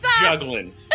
juggling